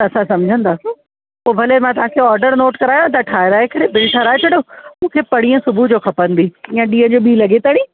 असां समुझंदासूं पोइ भले मां तव्हांखे ऑडर नोट करायांव तव्हां ठाहिराए करे बिल ठाहिराए छॾो मूंखे परींहं सुबुह जो खपंदी या ॾींहं जो ॿीं लॻे ताईं